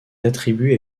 attribuée